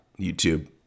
YouTube